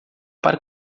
para